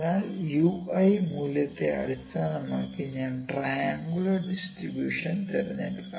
അതിനാൽ Ui മൂല്യത്തെ അടിസ്ഥാനമാക്കി ഞാൻ ട്രയൻങ്കുലർ ഡിസ്ട്രിബൂഷൻ തിരഞ്ഞെടുക്കും